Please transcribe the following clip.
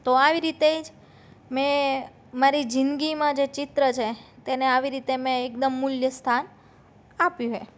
તો આવી રીતે જ મેં મારી જિંદગીમાં જે ચિત્ર છે તેને આવી રીતે મેં એકદમ મૂલ્ય સ્થાન આપ્યું છે